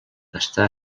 està